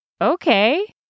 Okay